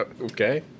okay